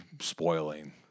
spoiling